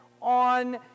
on